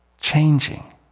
changing